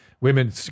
Women